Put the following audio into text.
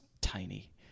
Tiny